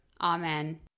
Amen